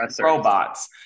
robots